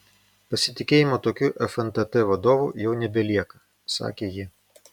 pasitikėjimo tokiu fntt vadovu jau nebelieka sakė ji